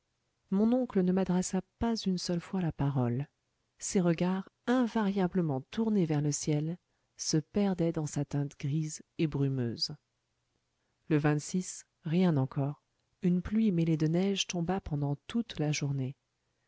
mon oncle ne m'adressa pas une seule fois la parole ses regards invariablement tournés vers le ciel se perdaient dans sa teinte grise et brumeuse le rien encore une pluie mêlée de neige tomba pendant toute la journée